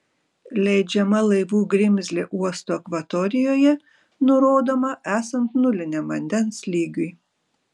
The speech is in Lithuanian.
leidžiama laivų grimzlė uosto akvatorijoje nurodoma esant nuliniam vandens lygiui